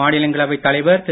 மாநிலங்களவைத் தலைவர் திரு